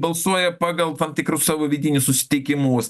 balsuoja pagal tam tikrus savo vidinius susitikimus